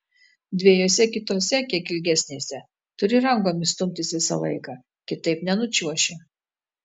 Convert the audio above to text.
dviejose kitose kiek ilgesnėse turi rankomis stumtis visą laiką kitaip nenučiuoši